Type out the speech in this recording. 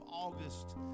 August